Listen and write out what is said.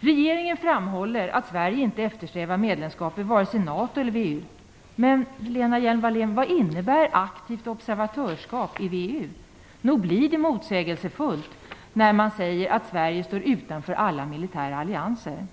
Regeringen framhåller att Sverige inte eftersträvar medlemskap i vare sig NATO eller VEU. Men vad innebär "aktivt observatörskap" i VEU, Lena Hjelm Wallén? Nog blir det motsägelsefullt när man säger att "Sverige står utanför alla militära allianser".